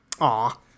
Aw